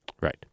Right